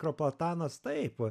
propatanas taip